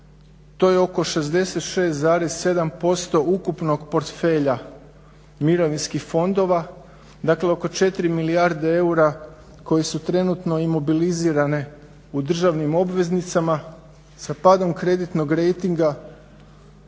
to je oko 66,7% ukupnog portfelja mirovinskih fondova, dakle oko 4 milijarde eura koji su trenutno imobilizirane u državnim obveznicima sa padom kreditnog rejtinga,